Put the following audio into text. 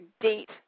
date